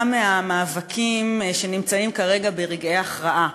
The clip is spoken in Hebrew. מהמאבקים שנמצאים כרגע ברגעי הכרעה,